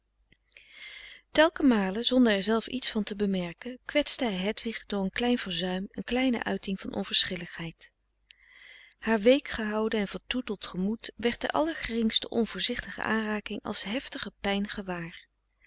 telken male zonder er zelf iets van te bemerken kwetste hij hedwig door een klein verzuim een kleine uiting van onverschilligheid haar week gehouden en vertroeteld gemoed werd de allergeringste onvoorzichtige aanraking als heftige pijn gewaar